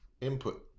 input